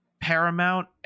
paramount